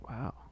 Wow